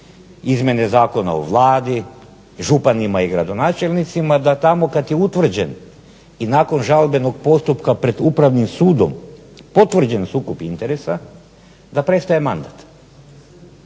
izmjene Zakona o Vladi, županima i gradonačelnicima da tamo kad je utvrđen i nakon žalbenog postupka pred upravnim sudom potvrđen sukob interesa da prestaje mandat.